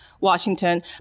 Washington